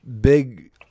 Big